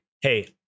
Hey